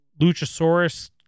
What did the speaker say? luchasaurus